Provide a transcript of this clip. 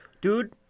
Dude